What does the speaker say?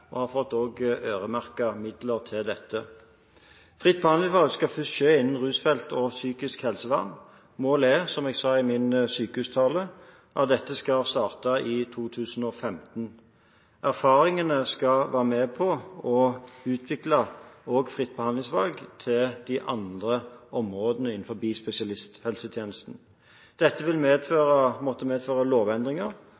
og har også fått øremerkede midler til dette. Fritt behandlingsvalg skal først skje innen rusfeltet og psykisk helsevern. Målet er, som jeg sa i min sykehustale, at dette skal starte i 2015. Erfaringene skal være med på å utvikle fritt behandlingsvalg også ved de andre områdene innenfor spesialisthelsetjenesten. Dette vil